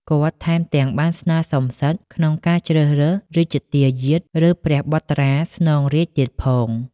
គាត់ថែមទាំងបានស្នើសុំសិទ្ធិក្នុងការជ្រើសរើសរជ្ជទាយាទ ឬព្រះបុត្រាស្នងរាជ្យទៀតផង។